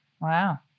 Wow